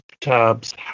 tubs